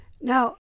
Now